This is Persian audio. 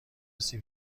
سیب